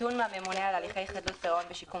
נתון מהממונה על הליכי חדלות פירעון ושיקום